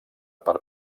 per